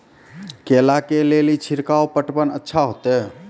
केला के ले ली छिड़काव पटवन अच्छा होते?